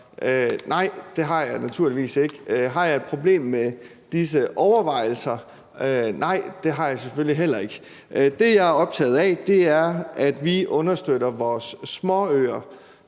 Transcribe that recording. Nej, det har jeg naturligvis ikke. Har jeg et problem med disse overvejelser? Nej, det har jeg selvfølgelig heller ikke. Det, jeg er optaget af, er, at vi understøtter vores småøer